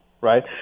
right